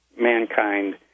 mankind